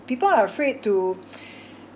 people are afraid to